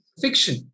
fiction